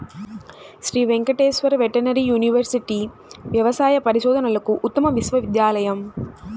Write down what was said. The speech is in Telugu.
శ్రీ వెంకటేశ్వర వెటర్నరీ యూనివర్సిటీ వ్యవసాయ పరిశోధనలకు ఉత్తమ విశ్వవిద్యాలయం